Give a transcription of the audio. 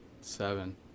Seven